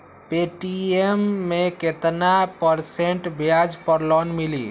Paytm मे केतना percent ब्याज पर लोन मिली?